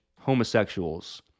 homosexuals